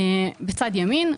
בצד ימין.